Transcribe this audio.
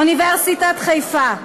אוניברסיטת חיפה,